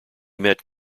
met